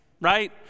right